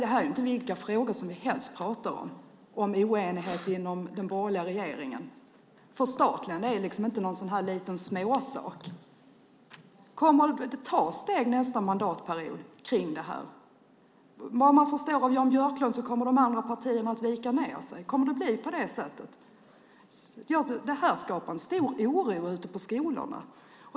Det är inte vilka frågor som helst vi pratar om när det gäller oenigheten inom den borgerliga regeringen. Förstatligande är inte någon småsak. Kommer det att tas steg nästa mandatperiod i det här? Vad man förstår av Jan Björklund kommer de andra partierna att vika sig. Kommer det att bli på det sättet? Det här skapar stor oro ute på skolorna.